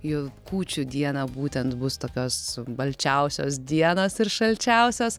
jų kūčių dieną būtent bus tokios balčiausios dienos ir šalčiausios